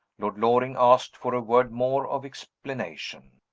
lord loring asked for a word more of explanation.